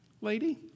lady